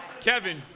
Kevin